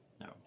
No